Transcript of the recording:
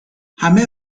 همه